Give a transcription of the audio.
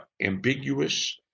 ambiguous